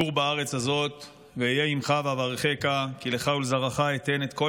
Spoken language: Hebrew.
"גור בארץ הזאת ואהיה עִמךָ ואברכך כי לך ולזרעך אתן את כל